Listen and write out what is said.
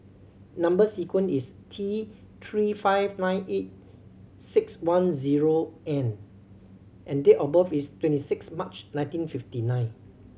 number sequence is T Three five nine eight six one zero N and date of birth is twenty six March nineteen fifty nine